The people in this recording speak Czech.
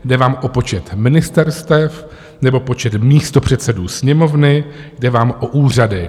Jde vám o počet ministerstev nebo počet místopředsedů Sněmovny, jde vám o úřady.